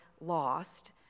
lost